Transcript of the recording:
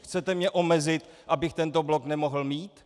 Chcete mě omezit, abych tento blog nemohl mít?